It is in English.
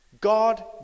God